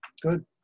good